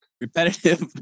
repetitive